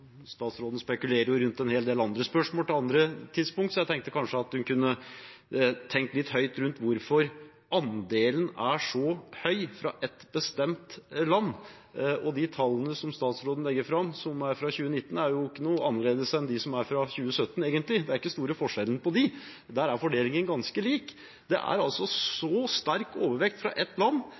Statsråden spekulerer jo rundt en hel del andre spørsmål, til andre tidspunkt, så jeg tenkte hun kanskje kunne tenke litt høyt rundt hvorfor andelen er så høy fra ett bestemt land. Og de tallene som statsråden legger fram, som er fra 2019, er ikke noe annerledes enn dem som er fra 2017, egentlig; det er ikke store forskjellen på dem. Der er fordelingen ganske lik. Det er altså så sterk overvekt fra ett land